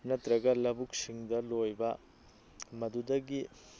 ꯅꯠꯇ꯭ꯔꯒ ꯂꯧꯕꯨꯛꯁꯤꯡꯗ ꯂꯣꯏꯕ ꯃꯗꯨꯗꯒꯤ